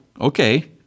Okay